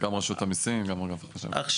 גם רשות המיסים --- נכון,